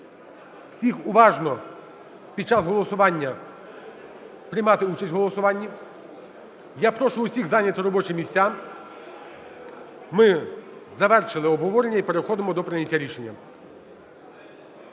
всіх уважно… під час голосування, приймати участь в голосуванні. Я прошу усіх зайняти робочі місця. Ми завершили обговорення і переходимо до прийняття рішення.